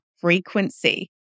frequency